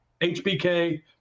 HBK